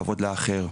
כבוד לאחר,